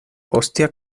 hostia